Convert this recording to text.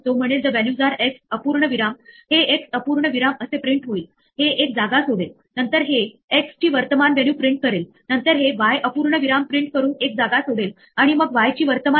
जर माझ्याकडे तीन एररस आहेत उदाहरणार्थ माझ्याकडे एखादी इंडेक्स एरर आहे आणि एखादी नेम एरर आणि एखादी झिरो डिव्हिजन एरर तर काय घडणार की हे प्रथम येथे जाणार आणि शोधेल की तिथे इंडेक्स एरर आहे